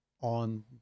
on